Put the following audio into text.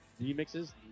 remixes